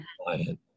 client